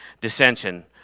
dissension